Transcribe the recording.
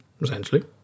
essentially